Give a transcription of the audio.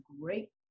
great